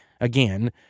again